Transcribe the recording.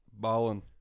Ballin